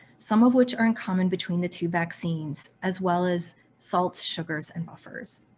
some of which are in common between the two vaccines as well as salt, sugars and buffers.